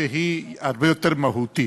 שהיא הרבה יותר מהותית,